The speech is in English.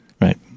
Right